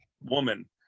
woman